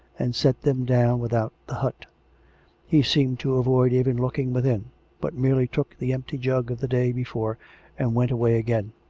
and set them down without the hut he seemed to avoid even looking within but merely took the empty jug of the day before and went away again.